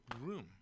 room